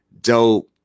dope